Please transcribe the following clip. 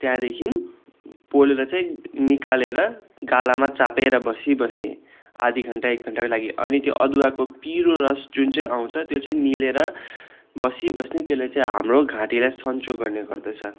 त्याँदेखिन् पोलेर चाहिँ निकालेर गालामा चापेर बसिबस्थेँ आधा घन्टा एक घन्टाको लागि अनि त्यो अदुवाको पिरो रस जुन चाहिँ आउँछ त्यो चाहिँ निलेर बसिबस्थेँ त्यसले चाहिँ हाम्रो घाँटीलाई सन्चो गर्ने गर्दछ